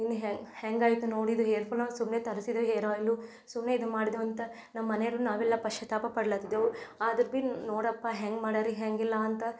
ಇನ್ನು ಹೆಂಗೆ ಹೇಗಾಯ್ತು ನೋಡು ಇದು ಹೇರ್ಫಾಲಂತ ಸುಮ್ಮನೆ ತರಿಸಿದೆ ಹೇರ್ ಆಯ್ಲು ಸುಮ್ಮನೆ ಇದು ಮಾಡಿದ್ದೇವೆ ಅಂತ ನಮ್ಮ ಮನೆವ್ರು ನಾವೆಲ್ಲ ಪಶ್ಚಾತ್ತಾಪ ಪಡ್ಲ್ತ್ತಿದೆವು ಆದ್ರೂ ಬಿ ನೋಡಪ್ಪ ಹೆಂಗೆ ಮಾಡೀರಿ ಹೇಗಿಲ್ಲ ಅಂತ